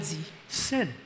Sin